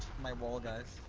fall guys